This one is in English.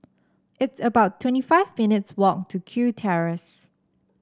it's about twenty five minutes' walk to Kew Terrace